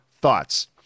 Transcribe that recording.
thoughts